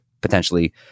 potentially